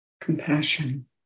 compassion